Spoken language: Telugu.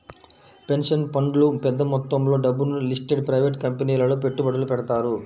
పెన్షన్ ఫండ్లు పెద్ద మొత్తంలో డబ్బును లిస్టెడ్ ప్రైవేట్ కంపెనీలలో పెట్టుబడులు పెడతారు